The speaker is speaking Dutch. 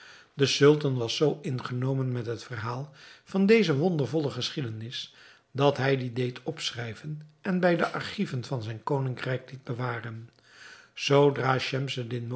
de sultan was zoo ingenomen met het verhaal van deze wondervolle geschiedenis dat hij die deed opschrijven en bij de archieven van zijn koningrijk liet bewaren zoodra schemseddin